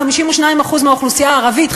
52% מהאוכלוסייה הערבית,